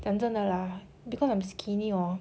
讲真正的 lah because I'm skinny hor